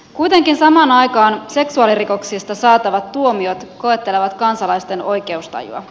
kuitenkin samaan aikaan seksuaalirikoksista saatavat tuomiot koettelevat kansalaisten oikeustajua